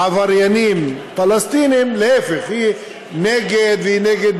עבריינים פלסטינים, להפך, היא נגד.